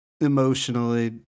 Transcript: emotionally